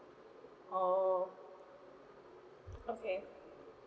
oh okay